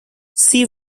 see